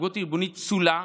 בתרבות ארגונית פסולה